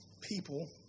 people